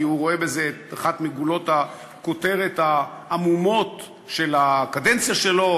כי הוא רואה בזה את אחת מגולות הכותרת העמומות של הקדנציה שלו,